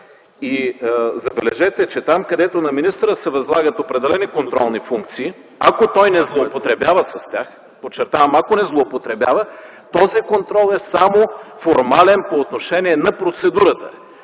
Забележете: там, където на министъра се възлагат определени контролни функции, ако той не злоупотребява с тях, подчертавам – ако не злоупотребява, този контрол е само формален по отношение на процедурата.